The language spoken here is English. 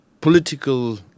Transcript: political